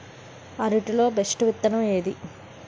అరటి లో బెస్టు విత్తనం ఏది?